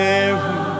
Mary